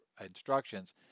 instructions